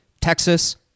Texas